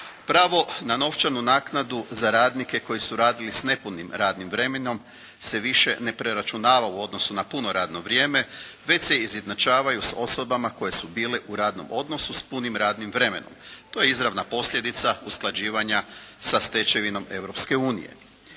Pravo na novčanu naknadu za radnike koji su radili s nepunim radnim vremenom se više ne preračunava u odnosu na puno radno vrijeme već se izjednačavaju s osobama koje su bile u radnom odnosu s punim radnim vremenom. To je izravna posljedica usklađivanja sa stečevinom